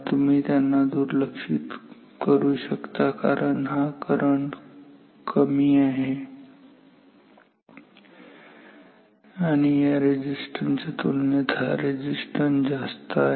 तुम्ही त्यांना दुर्लक्षित करू शकता कारण हा करंट कमी आहे आणि या रेझिस्टन्स च्या तुलनेत हा रेझिस्टन्स खूप जास्त आहे